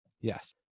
Yes